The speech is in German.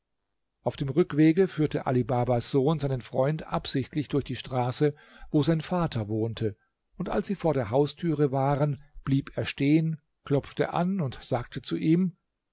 auf dem rückwege führte ali babas sohn seinen freund absichtlich durch die straße wo sein vater wohnte und als sie vor der haustüre waren blieb er stehen klopfte an und sagte zu ihm